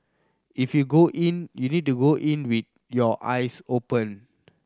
if you go in you need to go in with your eyes open